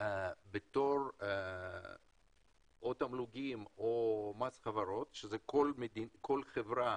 בתור תמלוגים או מס חברות, שכל חברה